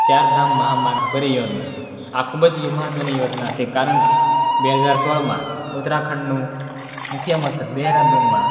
ચારધામ મહામાર્ગ પરિયોજના આ ખૂબ જ મહત્ત્વની યોજના છે કારણ કે બે હજાર સોળમાં ઉત્તરાખંડનું મુખ્ય મથક દહેરાદુનમાં